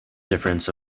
difference